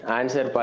answer